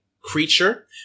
creature